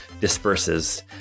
disperses